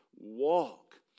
walk